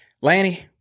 Lanny